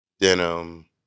denim